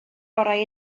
orau